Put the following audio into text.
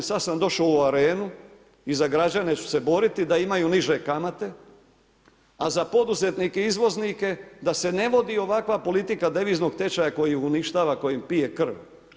Sada sam došao u arenu i za građene ću se boriti da imaju niže kamate, a za poduzetnike izvoznike da se ne vodi ovakva politika deviznog tečaja koji uništava koji pije krv.